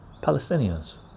palestinians